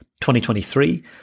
2023